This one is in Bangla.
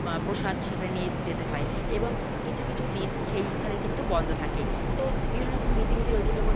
বা প্রসাদ সেখানে নিয়ে যেতে হয় এবং কিছু কিছু দিন সেইখানে কিন্তু বন্ধ থাকে তো বিভিন্ন রকম রীতি নীতি রয়েছে যেমন